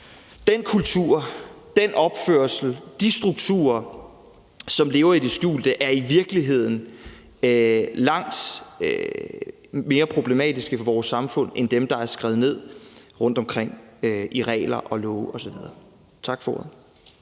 den kultur, den opførsel og de strukturer, som lever i det skjulte, er i virkeligheden langt mere problematisk for vores samfund end det, der er skrevet ned rundtomkring i regler, love osv. Tak for ordet.